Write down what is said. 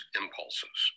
impulses